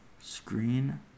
Screen